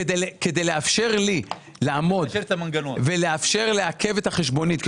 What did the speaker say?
לאפשר לי לעכב את החשבונית,